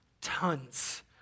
Tons